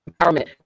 empowerment